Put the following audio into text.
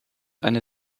eine